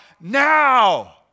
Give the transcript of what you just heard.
now